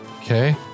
Okay